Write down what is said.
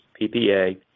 PPA